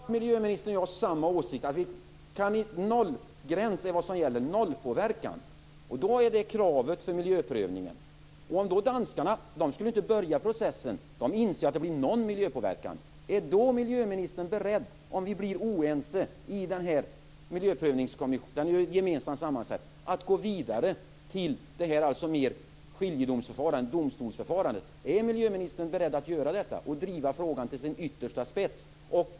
Fru talman! Då har miljöministern och jag samma åsikt, att nollpåverkan är kravet i miljöprövningen. Danskarna, som ju inte skulle påbörja processen, inser ju att det blir någon form av miljöpåverkan. Om den gemensamt sammansatta miljöprövningskommissionen blir oense, är miljöministern då beredd att gå vidare till ett domstolsförfarande? Är miljöministern beredd att driva frågan till dess yttersta spets?